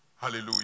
Hallelujah